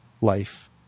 life